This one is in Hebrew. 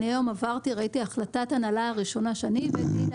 שהיום אני עברתי וראיתי שהחלטת ההנהלה הראשונה שאני הבאתי,